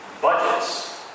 budgets